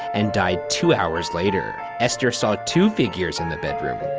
and died two hours later. esther saw two figures in the bedroom,